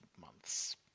months